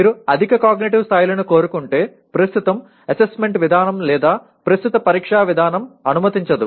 మీరు అధిక కాగ్నిటివ్ స్థాయిలను కోరుకుంటే ప్రస్తుత అసెస్మెంట్ విధానం లేదా ప్రస్తుత పరీక్షా విధానం అనుమతించదు